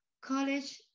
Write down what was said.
college